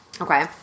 Okay